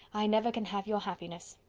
i never can have your happiness.